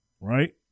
right